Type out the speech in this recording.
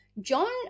John